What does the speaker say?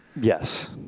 Yes